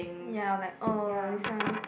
ya like oh this one